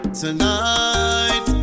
tonight